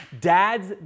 dads